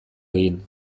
egin